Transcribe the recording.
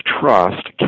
trust